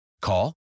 Call